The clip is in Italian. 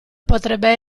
potrebbe